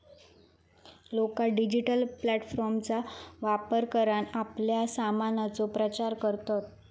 लोका डिजिटल प्लॅटफॉर्मचा वापर करान आपल्या सामानाचो प्रचार करतत